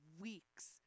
weeks